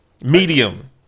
Medium